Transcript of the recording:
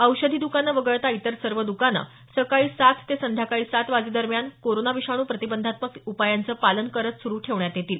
औषधी दुकानं वगळता इतर सर्व दुकानं सकाळी सात ते संध्याकाळी सात वाजेदरम्यान कोरोना विषाणू प्रतिबंधात्मक उपायांचं पालन करत सुरू ठेवण्यात येतील